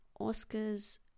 oscars